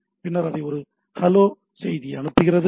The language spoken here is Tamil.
பின்னர் அது ஒரு ஹலோ செய்தியை அனுப்புகிறது